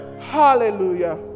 Hallelujah